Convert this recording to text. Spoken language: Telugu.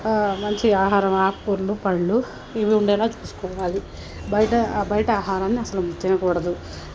మంచి ఆహారం ఆక్కూరలు పళ్ళు ఇవి ఉండేలా చూసుకోవాలి బయట బయట ఆహారాన్ని అసల తినకూడదు